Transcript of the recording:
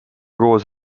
koos